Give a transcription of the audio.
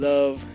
Love